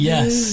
Yes